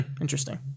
Interesting